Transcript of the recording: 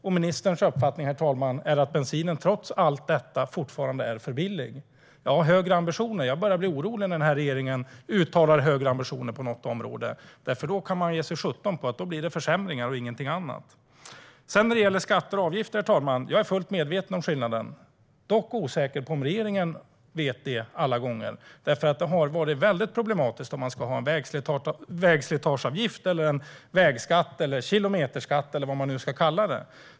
Och ministerns uppfattning, herr talman, är att bensinen trots allt detta fortfarande är för billig. Jag börjar bli orolig när den här regeringen uttalar högre ambitioner på något område, för då kan man ge sig sjutton på att det blir försämringar och ingenting annat. När det gäller skatter och avgifter är jag fullt medveten om skillnaden. Dock är jag osäker på om regeringen är det alla gånger, för det har varit väldigt problematiskt rörande om man ska ha en vägslitageavgift, en vägskatt, en kilometerskatt eller vad man nu ska kalla det.